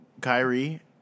Kyrie